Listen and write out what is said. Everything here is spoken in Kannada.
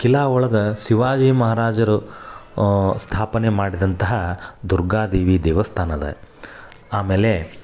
ಕಿಲಾ ಒಳಗೆ ಶಿವಾಜಿ ಮಹಾರಾಜರು ಸ್ಥಾಪನೆ ಮಾಡಿದಂತಹ ದುರ್ಗಾದೇವಿ ದೇವಸ್ಥಾನ ಅದ ಆಮೇಲೆ